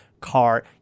car